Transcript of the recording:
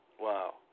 Wow